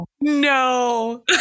no